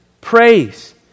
praise